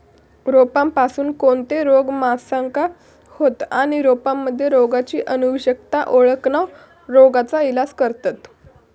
रोपांपासून कोणते रोग माणसाका होतं आणि रोपांमध्ये रोगाची अनुवंशिकता ओळखोन रोगाचा इलाज करतत